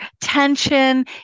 tension